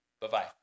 Bye-bye